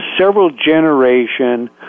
several-generation